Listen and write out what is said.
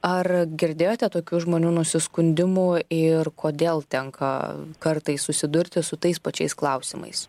ar girdėjote tokių žmonių nusiskundimų ir kodėl tenka kartais susidurti su tais pačiais klausimais